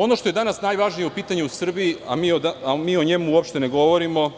Ono što je danas najvažnije pitanje u Srbiji, a mi o njemu uopšte ne govorimo,